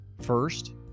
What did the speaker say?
first